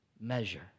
measure